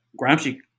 gramsci